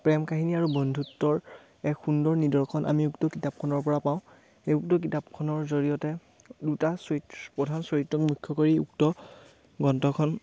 প্ৰেম কাহিনী আৰু বন্ধুত্বৰ এক সুন্দৰ নিদৰ্শন আমি উক্ত কিতাপখনৰ পৰা পাওঁ এই উক্ত কিতাপখনৰ জৰিয়তে দুটা চৰিত্ৰ প্ৰধান চৰিত্ৰক মুখ্য কৰি উক্ত গ্ৰন্থখন